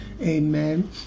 Amen